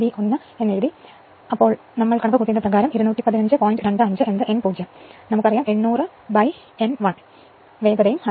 25 n 0 കണക്കുകൂട്ടി 800 നമുക്ക് വിഭജിച്ച n 1 വേഗത അറിയാം